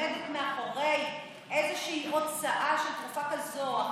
שעומדת מאחורי איזושהי הוצאה של תרופה כזאת או אחרת,